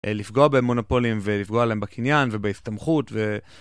לפגוע במונופולים ולפגוע עליהם בקניין ובהסתמכות.